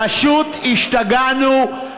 פשוט השתגענו.